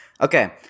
Okay